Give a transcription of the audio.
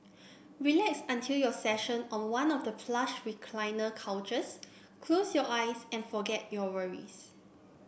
relax until your session on one of the plush recliner couches close your eyes and forget your worries